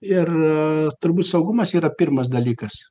ir turbūt saugumas yra pirmas dalykas